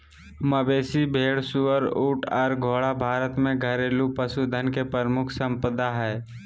मवेशी, भेड़, सुअर, ऊँट आर घोड़ा भारत में घरेलू पशुधन के प्रमुख संपदा हय